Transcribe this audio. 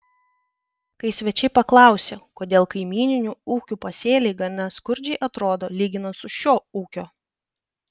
kai svečiai paklausė kodėl kaimyninių ūkių pasėliai gana skurdžiai atrodo lyginant su šio ūkio